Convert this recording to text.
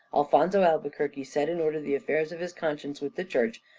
alfonzo albuquerque set in order the affairs of his conscience with the church,